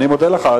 אני מודה לך.